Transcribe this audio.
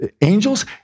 Angels